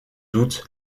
doute